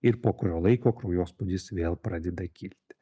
ir po kurio laiko kraujospūdis vėl pradeda kilti